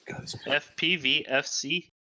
FPVFC